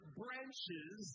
branches